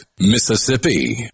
Mississippi